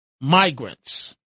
migrants